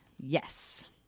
yes